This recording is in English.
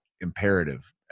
imperative